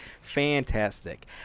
Fantastic